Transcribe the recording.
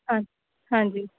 ਹਾਂ ਹਾਂਜੀ